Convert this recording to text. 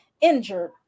injured